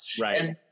Right